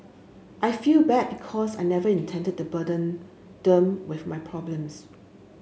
I feel bad because I never intended to burden them with my problems